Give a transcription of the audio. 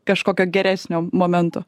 kažkokio geresnio momento